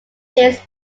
dates